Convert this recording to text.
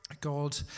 God